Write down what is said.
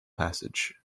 passage